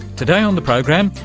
today on the program,